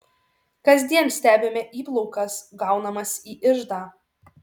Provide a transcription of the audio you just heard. kasdien stebime įplaukas gaunamas į iždą